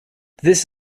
this